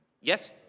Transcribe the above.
Yes